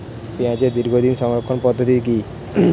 পেঁয়াজের দীর্ঘদিন সংরক্ষণ পদ্ধতি কি?